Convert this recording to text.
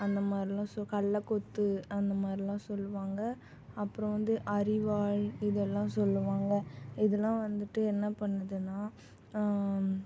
அந்த மாதிரிலாம் களக்கொத்து அந்த மாதிரிலாம் சொல்வாங்க அப்புறம் வந்து அரிவாள் இதெல்லாம் சொல்வாங்க இதலாம் வந்துட்டு என்ன பண்ணுதுன்னா